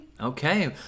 Okay